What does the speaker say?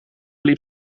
liep